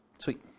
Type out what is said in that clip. Sweet